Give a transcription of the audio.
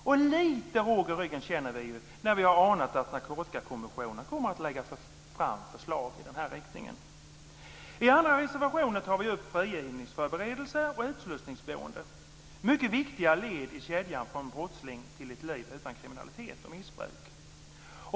Och lite råg i ryggen känner vi när vi har anat att Narkotikakommissionen kommer att lägga fram förslag i den här riktningen. I andra reservationer tar vi upp frigivningsförberedelser och utslussningsboende. Det är mycket viktiga led i kedjan från brottsling till ett liv utan kriminalitet och missbruk.